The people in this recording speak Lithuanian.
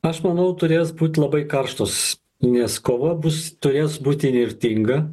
aš manau turės būt labai karštos nes kova bus turės būt įnirtinga